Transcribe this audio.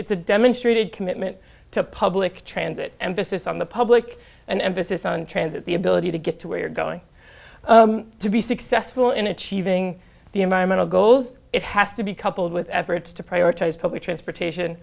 it's a demonstrated commitment to public transit emphasis on the public an emphasis on transit the ability to get to where you're going to be successful in achieving the environmental goals it has to be coupled with efforts to prioritize public transportation